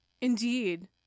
indeed